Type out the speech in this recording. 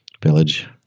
village